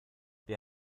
wir